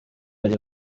ari